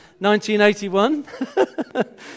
1981